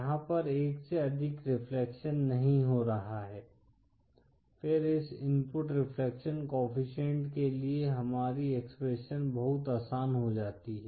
यहाँ पर एक से अधिक रिफ्लेक्शन नहीं हो रहा है फिर इस इनपुट रिफ्लेक्शन कोएफ़िशिएंट के लिए हमारी एक्सप्रेशन बहुत आसान हो जाती है